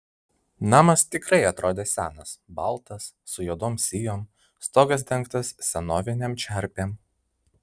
namas tikrai atrodė senas baltas su juodom sijom stogas dengtas senovinėm čerpėm